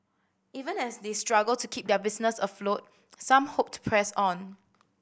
even as they struggle to keep their business afloat some hope to press on